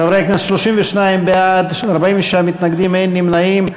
חברי כנסת, 32 בעד, 46 מתנגדים, אין נמנעים.